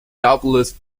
doubtless